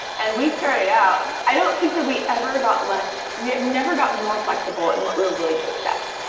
and we started out i don't think that we ever got less we never got more flexible in what we're willing to accept.